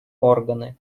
органы